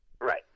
Right